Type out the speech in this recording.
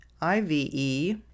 IVE